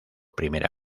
primera